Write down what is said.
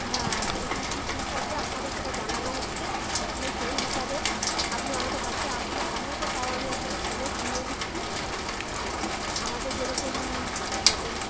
হ্যাঁ কীরকম কি ফিজ আছে আপনাকে সেটা জানানো হচ্ছে আপনি সেই হিসাবে আপনি আমাদের কাছে আসলে ভালো হতো তাও আমি আপনাকে ফোনে শুনিয়ে দিচ্ছি আমাদের যেরকম আমাদের